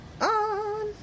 on